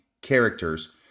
characters